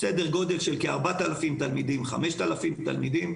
סדר גודל של 4,000 5,000 תלמידים,